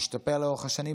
השתפר לאורך השנים,